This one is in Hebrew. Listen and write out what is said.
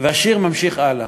והשיר ממשיך הלאה,